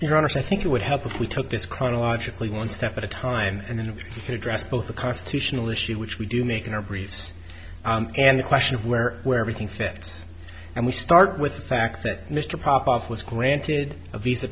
your honor so i think it would help if we took this chronologically one step at a time and then to address both the constitutional issue which we do make in a breeze and the question of where where everything fits and we start with the fact that mr pop off was granted a visa